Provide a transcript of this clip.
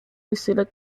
fusilier